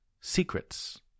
Secrets